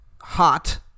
hot